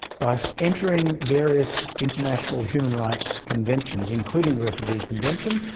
by entering various international human rights conventions including the refugees convention,